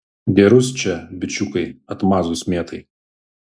gerus čia bičiukai atmazus mėtai